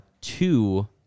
two